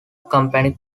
company